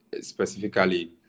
Specifically